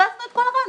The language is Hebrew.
פספסנו את כל הרעיון.